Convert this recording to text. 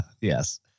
Yes